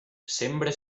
sembra